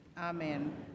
Amen